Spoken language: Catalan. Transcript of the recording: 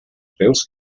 peus